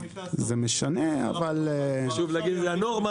בוא תציג את עצמך